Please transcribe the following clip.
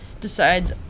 decides